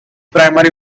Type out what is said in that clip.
primary